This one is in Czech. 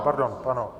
Pardon, ano.